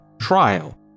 trial